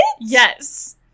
Yes